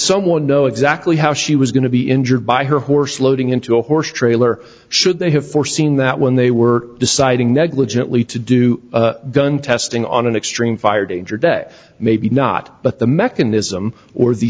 someone know exactly how she was going to be injured by her horse loading into a horse trailer should they have foreseen that when they were deciding negligently to do gun testing on an extreme fire danger day maybe not but the mechanism or the